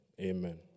amen